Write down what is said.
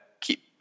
Keep